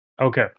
Okay